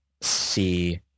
see